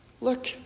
Look